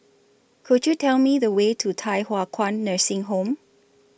Could YOU Tell Me The Way to Thye Hua Kwan Nursing Home